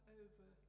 over